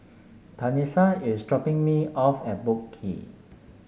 Tanisha is dropping me off at Boat Quay